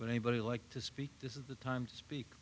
but anybody like to speak this is the time to speak